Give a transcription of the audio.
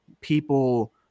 people